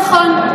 נכון,